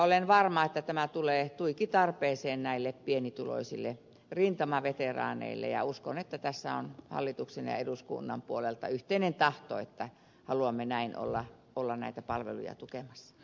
olen varma että tämä tulee tuiki tarpeeseen näille pienituloisille rintamaveteraaneille ja uskon että tässä on hallituksen ja eduskunnan puolelta yhteinen tahto että haluamme näin olla näitä palveluja tukemassa